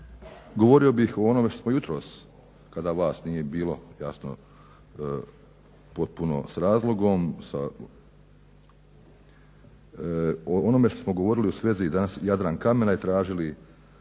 govorio bih o onome što smo jutros kada vas nije bilo jasno potpuno s razlogom o onome što smo govorili u svezi danas Jadrankamena i tražili